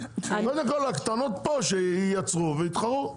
קודם כל הקטנות פה שייצרו ויתחרו.